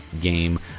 game